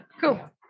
Cool